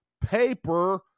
paper